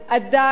עדיין,